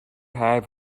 have